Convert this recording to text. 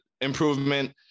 improvement